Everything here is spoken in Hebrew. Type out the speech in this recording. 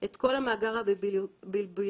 את כל המאגר הביבליוגרפי,